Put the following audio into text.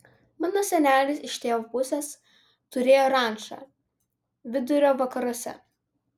mano senelis iš tėvo pusės turėjo rančą vidurio vakaruose